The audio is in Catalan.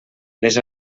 les